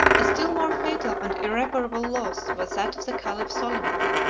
a still more fatal and irreparable loss was that of the caliph soliman,